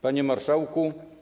Panie Marszałku!